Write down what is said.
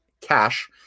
cash